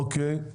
אוקיי.